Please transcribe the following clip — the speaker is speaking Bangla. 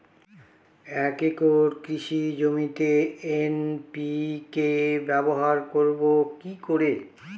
এক একর কৃষি জমিতে এন.পি.কে ব্যবহার করব কি করে?